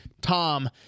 Tom